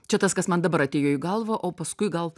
čia tas kas man dabar atėjo į galvą o paskui gal